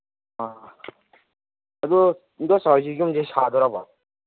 ꯍꯣꯏ ꯍꯣꯏ ꯑꯗꯨ ꯏꯟꯗꯣꯝꯆꯥꯍꯣꯏꯒꯤ ꯌꯨꯝꯁꯦ ꯁꯥꯗꯧꯔꯕꯣ